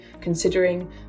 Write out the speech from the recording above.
considering